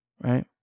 right